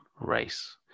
race